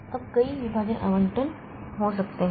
अब कई विभाजन आवंटन हो सकते हैं